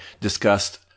discussed